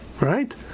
right